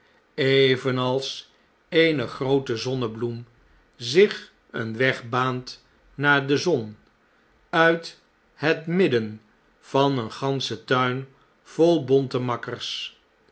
evenals eene groote zonnebloem zich een weg baant naar de zon uit het midden van een ganschen tuin vol bonte matters